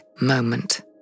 moment